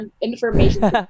information